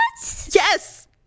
Yes